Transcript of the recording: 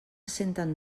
senten